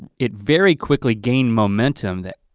it very quickly gained momentum that